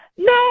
No